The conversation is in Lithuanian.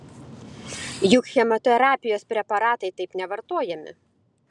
juk chemoterapijos preparatai taip nevartojami